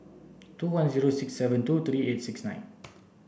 two one zero six seven two three eight six nine